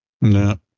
No